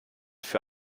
für